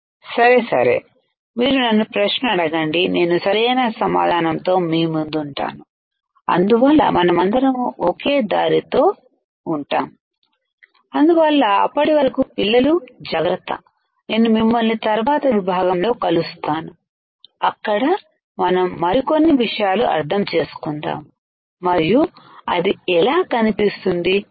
సరే సరే మీరు నన్ను ప్రశ్న అడగండి నేను సరియైన సమాధానం తో మీ ముందుంటాను అందువల్ల మనమందరము ఓకే దారితో ఉంటాము అందువల్ల అప్పటివరకు మీరు జాగ్రత్త నేను మిమ్మల్ని తర్వాత మాడ్యూల్ లో కలుస్తాను అక్కడ మనం మాస్ఫెట్ గురించి మరి కొన్ని విషయాలు అర్థం చేసుకుందాము మరియు అది ఎలా పనిచేస్తుందో చూద్దాము